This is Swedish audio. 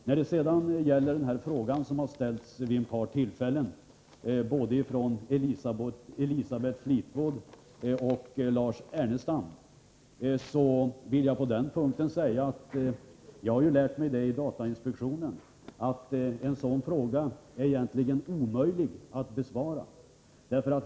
När det sedan gäller den fråga som har ställts vid ett par tillfällen, både av Elisabeth Fleetwood och av Lars Ernestam, vill jag säga att jag som styrelseledamot i datainspektionen har lärt mig att en sådan fråga egentligen är omöjlig att besvara.